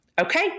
Okay